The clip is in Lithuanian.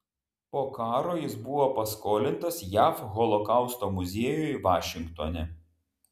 po karo jis buvo paskolintas jav holokausto muziejui vašingtone